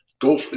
go –